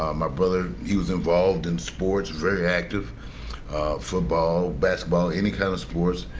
um my brother, he was involved in sports, very active football, basketball, any kind of sports.